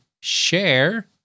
share